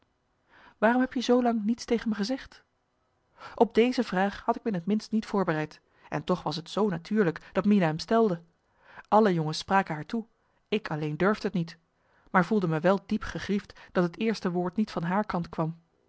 waarom heb je zoolang niets tegen me gezegd op deze vraag had ik me in t minst niet voorbereid en toch was t zoo natuurlijk dat mina m stelde alle jongens spraken haar toe ik alleen durfde t niet maar voelde me wel diep gegriefd dat het eerste woord niet van haar kant kwam